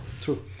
True